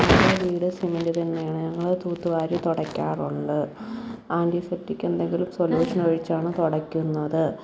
വീട് സിമന്റ് തിണ്ണയാണ് ഞങ്ങള് തൂത്തുവാരി തുടക്കാറൊള്ള് ആൻറ്റിസെപ്റ്റിക്ക് എന്തെങ്കിലും സൊല്യൂഷനൊഴിച്ചാണ് തുടയ്ക്കുന്നത്